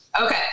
Okay